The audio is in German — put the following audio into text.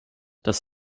das